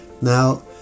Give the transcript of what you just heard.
Now